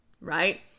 right